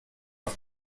auf